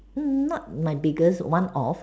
mm not my biggest one of